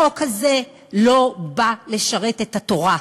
החוק הזה לא בא לשרת את התורה,